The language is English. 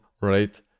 right